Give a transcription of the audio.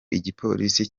igipolisi